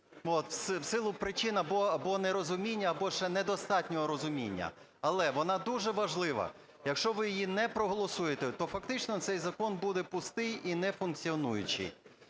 в силу причин або нерозуміння, або ще не достатнього розуміння, але вона дуже важлива. Якщо ви її не проголосуєте, то фактично цей закон буде пустий і не функціонуючий.